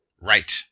Right